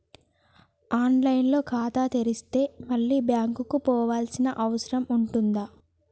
On line లో ఖాతా తెరిస్తే మళ్ళీ బ్యాంకుకు పోవాల్సిన అవసరం ఉంటుందా?